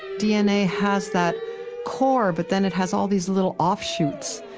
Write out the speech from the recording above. dna has that core, but then it has all these little offshoots.